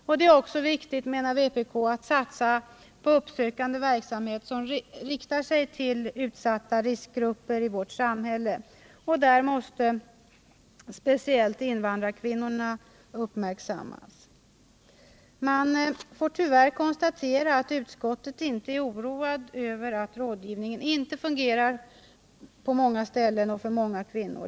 Vpk menar också att det är viktigt att satsa på uppsökande verksamhet, som riktar sig till utsatta riskgrupper i vårt samhälle, och därvid måste speciellt invandrarkvinnorna uppmärksammas. Man får tyvärr konstatera att utskottet inte är oroat över att rådgivningen inte fungerar på många ställen och för många kvinnor.